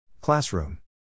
Classroom